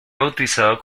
bautizado